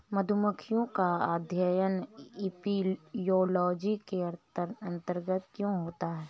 मधुमक्खियों का अध्ययन एपियोलॉजी के अंतर्गत क्यों होता है?